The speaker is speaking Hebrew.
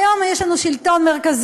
היום יש לנו שלטון מרכזי,